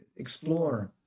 explore